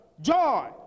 joy